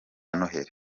noheli